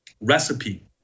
recipe